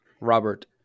Robert